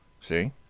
See